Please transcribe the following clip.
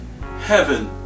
heaven